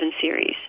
series